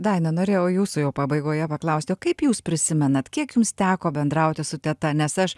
daina norėjau jūsų jau pabaigoje paklausti o kaip jūs prisimenat kiek jums teko bendrauti su teta nes aš